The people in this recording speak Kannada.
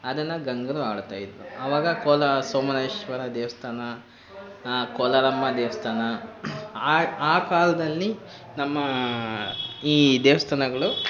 ಅದನ್ನು ಗಂಗರು ಆಳ್ತಾ ಇದ್ದರು ಆವಾಗ ಕೋಲಾ ಸೋಮನೇಶ್ವರ ದೇವಸ್ಥಾನ ಕೋಲಾರಮ್ಮ ದೇವಸ್ಥಾನ ಆ ಆ ಕಾಲದಲ್ಲಿ ನಮ್ಮ ಈ ದೇವಸ್ಥಾನಗಳು